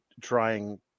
trying